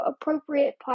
appropriate